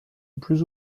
plus